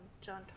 John